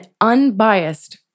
unbiased